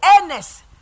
earnest